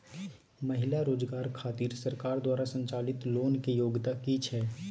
महिला रोजगार खातिर सरकार द्वारा संचालित लोन के योग्यता कि छै?